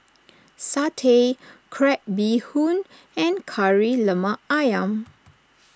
Satay Crab Bee Hoon and Kari Lemak Ayam